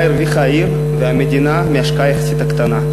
מה הרוויחו העיר והמדינה מההשקעה היחסית קטנה?